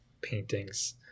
paintings